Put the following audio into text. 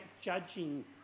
judging